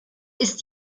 ist